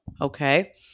okay